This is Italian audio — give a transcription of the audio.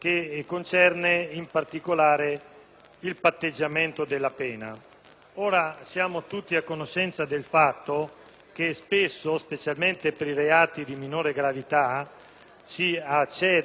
Ora, siamo tutti a conoscenza del fatto che spesso, specialmente per i reati di minore gravità, si accede al patteggiamento della pena, di intesa tra pubblico ministero e persona offesa,